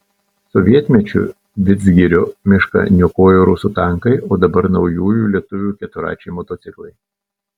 sovietmečiu vidzgirio mišką niokojo rusų tankai o dabar naujųjų lietuvių keturračiai motociklai